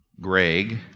Greg